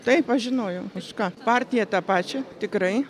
taip aš žinojau už ką partija tą pačią tikrai